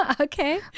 Okay